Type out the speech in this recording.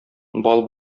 бал